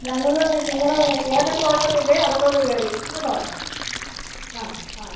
ഞങ്ങൾ നിങ്ങടെ ഏദൻ തോട്ടത്തിൻ്റെ അകത്തോട്ട് കയറി കേട്ടോ അ അ